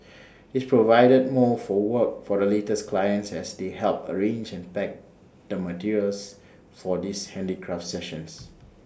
this provided more for work for the latter's clients as they helped arrange and pack the materials for these handicraft sessions